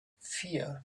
vier